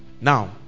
now